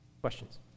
Questions